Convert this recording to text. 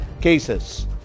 cases